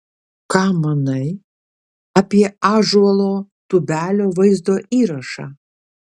ką manai apie ąžuolo tubelio vaizdo įrašą